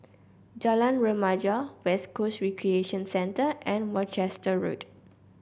Jalan Remaja West Coast Recreation Centre and Worcester Road